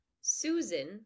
susan